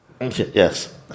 Yes